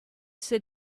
sit